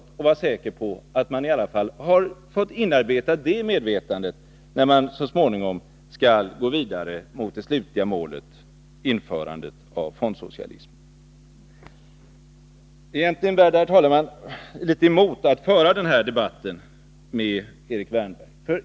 Man vill vara säker på att man i alla fall inarbetat det i medvetandet, med tanke på att man så småningom skall gå vidare mot det slutliga målet — införandet av fondsocialismen. Egentligen bär det mig litet emot att föra den här debatten med Erik Wärnberg.